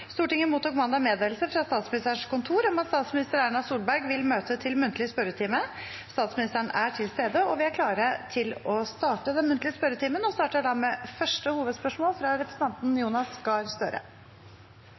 Stortinget mottok mandag meddelelse fra Statsministerens kontor om at statsminister Erna Solberg vil møte til muntlig spørretime. Statsministeren er til stede, og vi er klare til å starte den muntlige spørretimen. Vi starter da med første hovedspørsmål, fra representanten